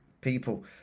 people